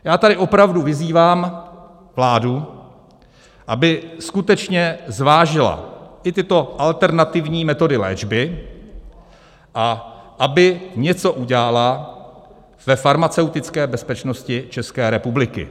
Já tady opravdu vyzývám vládu, aby skutečně zvážila i tyto alternativní metody léčby a aby něco udělala ve farmaceutické bezpečnosti České republiky.